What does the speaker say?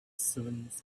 servants